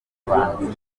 bansize